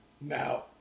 Now